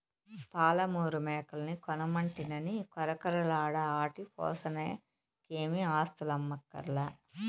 పాలమూరు మేకల్ని కొనమంటినని కొరకొరలాడ ఆటి పోసనకేమీ ఆస్థులమ్మక్కర్లే